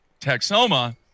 Texoma